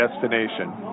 destination